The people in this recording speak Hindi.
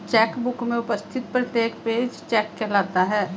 चेक बुक में उपस्थित प्रत्येक पेज चेक कहलाता है